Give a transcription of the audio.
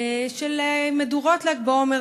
של מדורות ל"ג בעומר.